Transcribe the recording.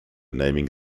naming